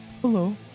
Hello